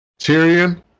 Tyrion